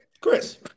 Chris